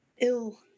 ill